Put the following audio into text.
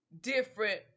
different